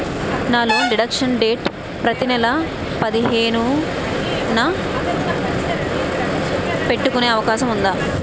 నా loan deduction date ప్రతి నెల పదిహేను న పెట్టుకునే అవకాశం ఉందా?